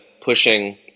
pushing